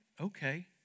okay